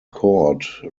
court